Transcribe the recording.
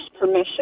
permission